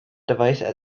device